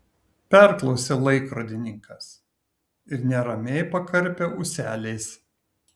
perklausė laikrodininkas ir neramiai pakarpė ūseliais